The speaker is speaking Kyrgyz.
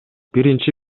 биринчи